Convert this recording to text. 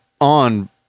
on